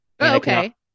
okay